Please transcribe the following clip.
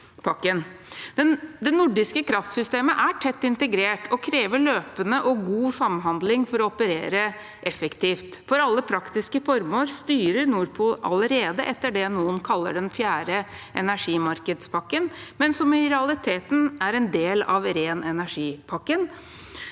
Det nordiske kraftsystemet er tett integrert og krever løpende og god samhandling for å operere effektivt. For alle praktiske formål styrer Nord Pool allerede etter det noen kaller den fjerde energimarkedspakken, men som i realiteten er en del av ren energi-pakken,